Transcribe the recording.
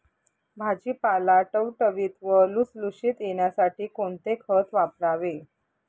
भाजीपाला टवटवीत व लुसलुशीत येण्यासाठी कोणते खत वापरावे?